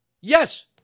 Yes